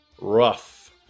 Rough